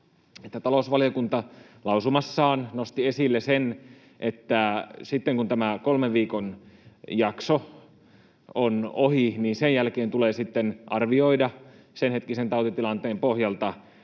talousvaliokunta lausumassaan nosti esille sen, että sitten kun tämä kolmen viikon jakso on ohi, niin sen jälkeen tulee arvioida senhetkisen tautitilanteen pohjalta